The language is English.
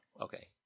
Okay